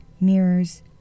mirrors